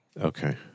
Okay